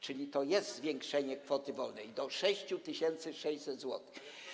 Czyli to jest zwiększenie kwoty wolnej do 6600 zł.